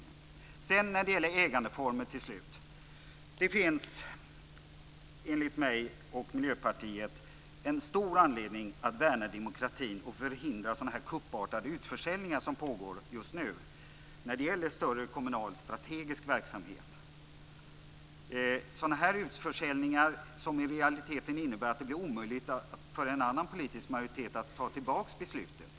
Till slut vill jag ta upp ägandeformer. Det finns, enligt mig och Miljöpartiet, en stor anledning att värna demokratin och förhindra sådana kuppartade utförsäljningar som pågår just nu när det gäller större kommunal strategisk verksamhet. Sådana här utförsäljningar innebär i realiteten att det blir omöjligt för en annan politisk majoritet att ta tillbaka beslutet.